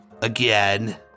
Again